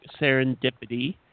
Serendipity